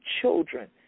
children